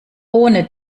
ohne